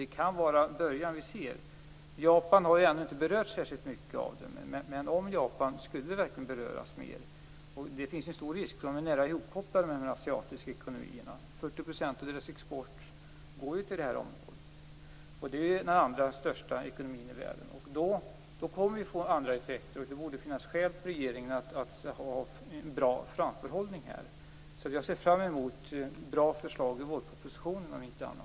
Det kan vara början som vi ser. Japan har ännu inte berörts särskilt mycket, men risken är stor att så sker, eftersom Japan är nära ihopkopplat med de asiatiska ekonomierna. 40 % av exporten går till det här området, och det rör sig om den allra största ekonomin i världen. Då kommer det att uppstå andra effekter. Det borde finnas skäl för regeringen att ha en bra framförhållning. Jag ser fram emot bra förslag, om inte annat så i vårpropositionen.